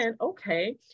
okay